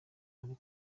yari